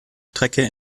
strecke